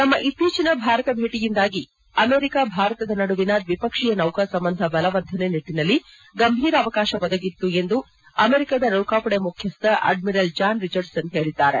ತಮ್ನ ಇತ್ತೀಚಿನ ಭಾರತ ಭೇಟಿಯಿಂದಾಗಿ ಆಮೆರಿಕ ಭಾರತದ ನಡುವಿನ ದ್ವಿಪಕ್ಷೀಯ ನೌಕಾ ಸಂಬಂಧ ಬಲವರ್ಧನೆ ನಿಟ್ಟಿನಲ್ಲಿ ಗಂಭೀರ ಅವಕಾಶ ಒದಗಿತ್ತು ಎಂದು ಅಮೆರಿಕದ ನೌಕಾ ಪಡೆ ಮುಖ್ಯಸ್ವ ಅಡ್ವಿರಲ್ ಜಾನ್ ರಿಚರ್ಡ್ಸನ್ ಹೇಳಿದ್ದಾರೆ